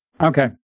Okay